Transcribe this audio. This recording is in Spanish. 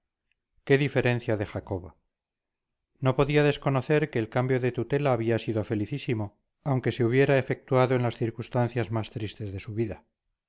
qué diferencia de jacoba no podía desconocer que el cambio de tutela había sido felicísimo aunque se hubiera efectuado en las circunstancias más tristes de su vida